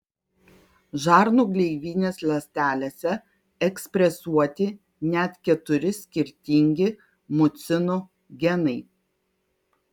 žarnų gleivinės ląstelėse ekspresuoti net keturi skirtingi mucinų genai